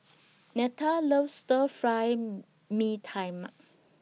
Netta loves Stir Fry Mee Tai Mak